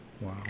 Wow